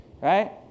right